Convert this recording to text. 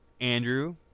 Andrew